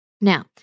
Now